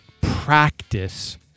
practice